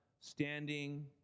standing